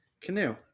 canoe